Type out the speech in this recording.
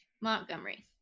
Montgomery